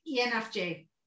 ENFJ